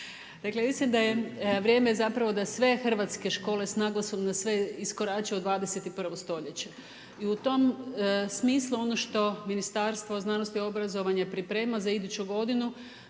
Dakle mislim da je vrijeme zapravo da sve hrvatske škole sa naglaskom na sve iskorače u 21. stoljeće. I u tom smislu ono što Ministarstvo znanosti i obrazovanja priprema za iduću godinu